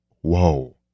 whoa